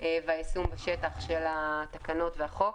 והיישום בשטח של התקנות ושל החוק,